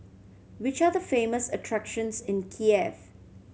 which are the famous attractions in Kiev